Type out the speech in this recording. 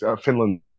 Finland